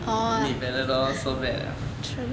need Panadol so bad ah